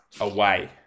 away